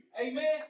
amen